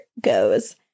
goes